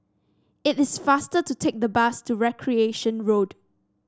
it is faster to take the bus to Recreation Road